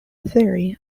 theory